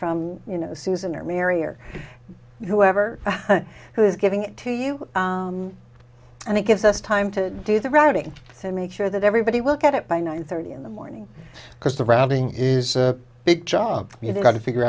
from you know susan or mary or whoever who is giving it to you and it gives us time to do the writing and make sure that everybody will get it by nine thirty in the morning because the rounding is a big job you've got to figure